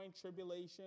tribulation